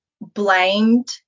blamed